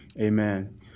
Amen